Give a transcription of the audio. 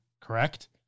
correct